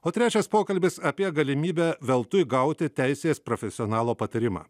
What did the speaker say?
o trečias pokalbis apie galimybę veltui gauti teisės profesionalo patarimą